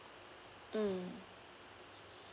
mm